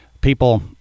people